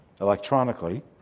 electronically